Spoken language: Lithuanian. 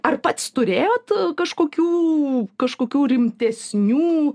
ar pats turėjot kažkokių kažkokių rimtesnių